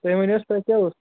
تُہۍ ؤنِو حظ تۄہہِ کیٛاہ اوس